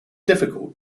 difficult